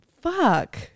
fuck